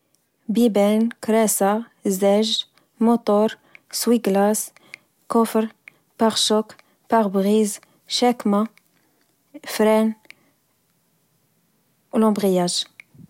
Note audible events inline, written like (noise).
ببان كراسة زاج موطور سويچلاص كوفر پاغشوك پاغ بغيز شاكمة (hesitant) فران أو لمبغياج